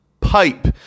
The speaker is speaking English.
Pipe